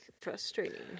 frustrating